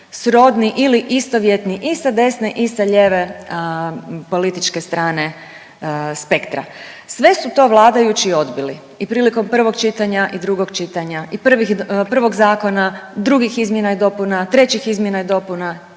srodni ili istovjetni i sa desne i sa lijeve političke strane spektra. Sve su to vladajući odbili i prilikom prvog čitanja i drugog čitanja i prvih, prvog zakona, drugih izmjena i dopuna, trećih izmjena i dopuna,